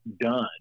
done